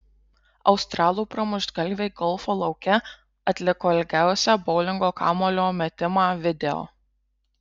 australų pramuštgalviai golfo lauke atliko ilgiausią boulingo kamuolio metimą video